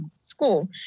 school